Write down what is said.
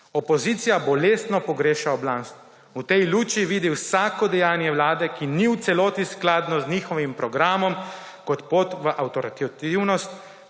»Opozicija bolestno pogreša oblast. V tej luči vidi vsako dejanje vlade, ki ni v celoti skladno z njihovim programom kot pot v avtoritarnost,